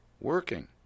Working